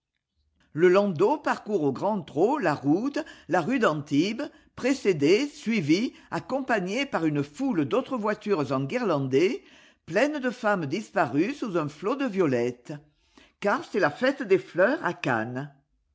le landau parcourt au grand trot la route la rued'antibes précédé suivi accompagné par une foule d'autres voitures enguirlandées pleines de femmes disparues sous un flot de violettes car c'est la fête des fleurs à cannes